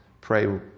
pray